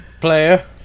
player